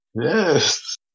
Yes